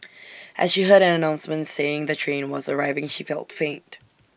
as she heard an announcement saying the train was arriving she felt faint